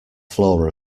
floor